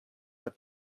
but